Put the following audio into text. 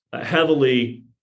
heavily